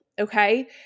Okay